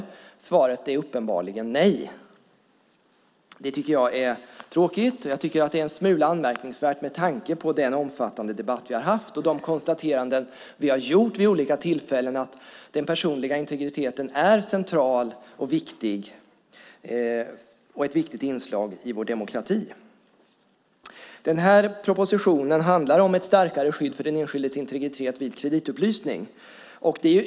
Svaret är uppenbarligen nej. Det tycker jag är tråkigt. Jag tycker också att det är en smula anmärkningsvärt med tanke på den omfattande debatt vi haft och de konstateranden vi vid olika tillfällen gjort om att den personliga integriteten är central och ett viktigt inslag i vår demokrati. Propositionen handlar om ett starkare skydd för den enskildes integritet vid kreditupplysning.